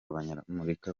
abanyamerika